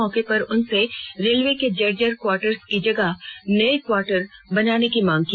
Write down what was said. मौके पर उनसे रेलवे के जर्जर क्वार्टर्स की जगह नए क्वार्टर बनवाने की मांग की